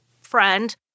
friend